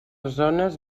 zones